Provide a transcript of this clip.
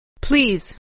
Please